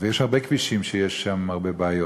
יש הרבה כבישים שיש בהם הרבה בעיות,